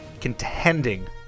contending